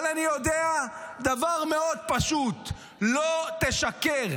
אבל אני יודע דבר מאוד פשוט, לא תשקר.